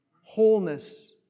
wholeness